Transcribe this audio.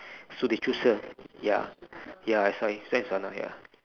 so they choose her ya ya that's why ya